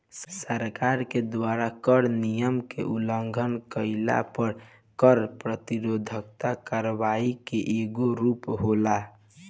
सरकार के द्वारा कर नियम के उलंघन कईला पर कर प्रतिरोध करवाई के एगो रूप होला